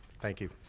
thank you.